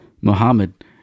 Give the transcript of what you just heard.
Muhammad